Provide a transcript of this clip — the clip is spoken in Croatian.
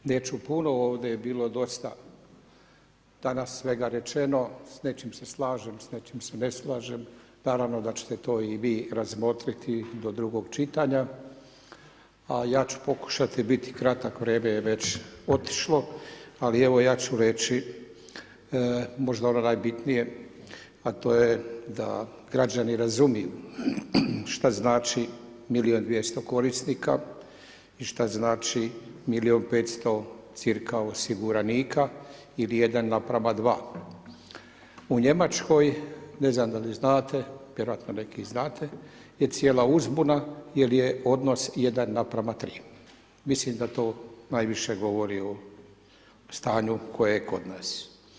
Neću puno, ovdje je bilo dosta danas svega rečeno, s nečim se slažem, s nečim se ne slažem, naravno da ćete to i vi razmotriti do drugog čitanja a ja ću pokušati biti kratak, vrijeme već otišlo ali evo ja ću reći možda ono najbitnije a to je da građani razumiju šta znači milijun i 200 korisnika i što znači milijun i 500 cirka osiguranika ili 1 naprama 2. U Njemačkoj, ne znam da li vi znate, vjerojatno neki i znate, je cijela uzbuna jer je odnos 1 naprama 3. Mislim da to najviše govori o stanju koje je kod nas.